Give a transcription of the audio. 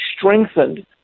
strengthened